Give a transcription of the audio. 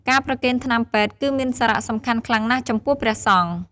ការប្រគេនថ្នាំពេទ្យ គឺមានសារៈសំខាន់ខ្លាំងណាស់ចំពោះព្រះសង្ឃ។